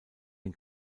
den